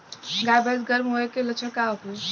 गाय भैंस गर्म होय के लक्षण का होखे?